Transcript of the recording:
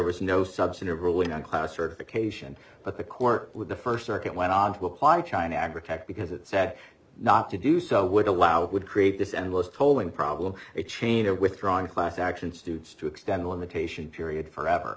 was no substantive ruling on class certification but the court would defer circuit went on to apply china agra tech because it said not to do so would allow it would create this endless tolling problem a chain or withdraw a class action suits to extend the limitation period forever